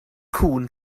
cŵn